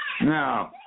no